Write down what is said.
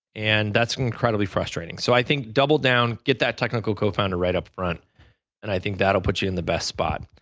and that's been incredibly frustrating. so i think double down, get that technical co-founder right upfront and i think that will put you in the best spot.